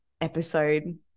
episode